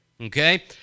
okay